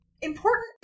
Important